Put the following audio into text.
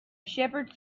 shepherd